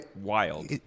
wild